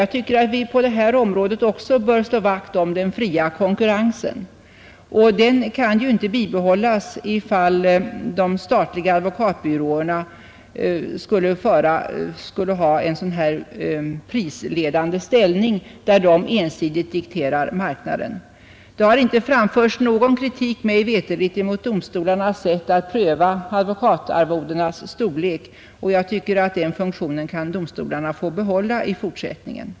Jag tycker att vi även på det här området bör slå vakt om den fria konkurrensen, och den kan inte bibehållas om de statliga advokatbyråerna skulle ha en prisledande ställning, där de ensidigt dikterar marknaden. Det har mig veterligt inte framförts någon kritik mot domstolarnas sätt att pröva advokatarvodenas storlek, och jag tycker att domstolarna bör få behålla den funktionen i fortsättningen.